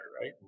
right